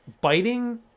biting